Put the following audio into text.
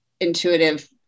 intuitive